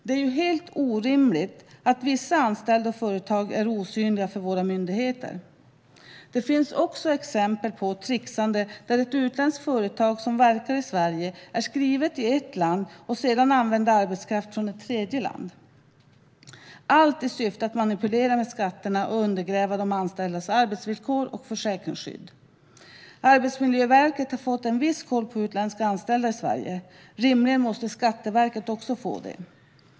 Det är ju helt orimligt att vissa anställda och företag är osynliga för våra myndigheter. Det finns också exempel på trixande, där ett utländskt företag som verkar i Sverige är skrivet i ett land och sedan använder arbetskraft från ett tredje land - allt i syfte att manipulera med skatterna och undergräva de anställdas arbetsvillkor och försäkringsskydd. Arbetsmiljöverket har fått en viss koll på utländska anställda i Sverige. Rimligen måste Skatteverket också få det.